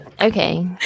Okay